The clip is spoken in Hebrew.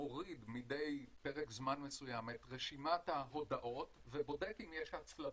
מוריד מדי פרק זמן מסוים את רשימת ההודעות ובודק אם יש הצלבה.